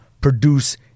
produce